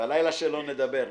שלא נדבר.